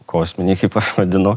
kosminiai kaip aš vadinu